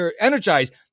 energized